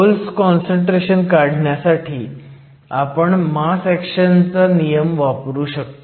holes concentration काढण्यासाठी आपण mass ऍक्शनचा नियम वापरू शकतो